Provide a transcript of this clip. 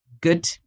good